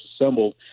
assembled